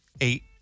eight